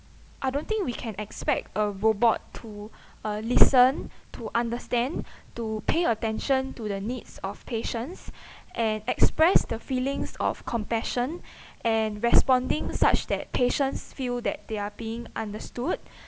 I don't think we can expect a robot to uh listen to understand to pay attention to the needs of patients and express the feelings of compassion and responding such that patients feel that they are being understood